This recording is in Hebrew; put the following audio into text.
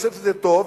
שחושב שזה טוב,